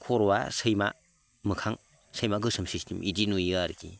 खर'आ सैमामोखां सैमा गोसोम सिस्टेम बिदि नुयो आरोकि